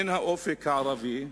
הן האופק הערבי,